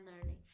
learning